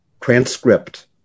transcript